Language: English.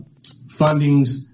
fundings